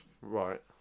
Right